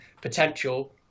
potential